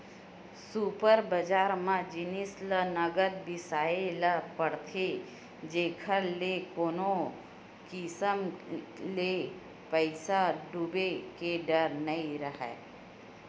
super बजार म जिनिस ल नगद बिसाए ल परथे जेखर ले कोनो किसम ले पइसा डूबे के डर नइ राहय